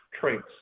traits